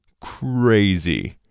crazy